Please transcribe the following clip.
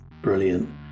Brilliant